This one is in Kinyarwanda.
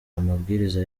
amabwiriza